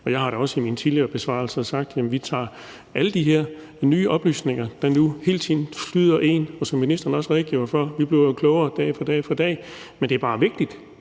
Jeg har da også i mine tidligere besvarelser sagt, at vi tager alle de her nye oplysninger med, der nu hele tiden flyder ind, og som ministeren også redegjorde for, bliver vi jo klogere dag for dag for dag. Men det er bare vigtigt,